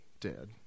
dead